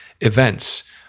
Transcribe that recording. events